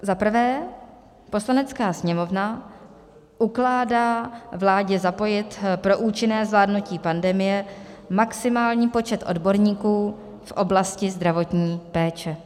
Za prvé, Poslanecká sněmovna ukládá vládě zapojit pro účinné zvládnutí pandemie maximální počet odborníků v oblasti zdravotní péče.